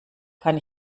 kann